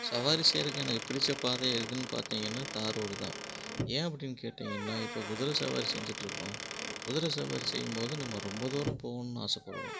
சவாரி செய்யறக்கு எனக்கு பிடிச்ச பாதை எதுன்னு பார்த்திங்கன்னா தார் ரோடு தான் ஏன் அப்படின்னு கேட்டிங்கன்னா இப்போ குதிர சவாரி செஞ்சிட்டுருக்கோம் குதிர சவாரி செய்யும் போது நம்ம ரொம்ப தூரம் போகணுன்னு ஆசைப்படுவோம்